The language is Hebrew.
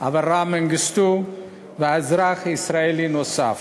אברהם מנגיסטו ואזרח ישראלי נוסף.